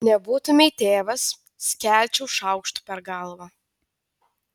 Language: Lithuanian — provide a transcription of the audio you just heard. nebūtumei tėvas skelčiau šaukštu per galvą